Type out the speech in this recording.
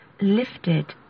lifted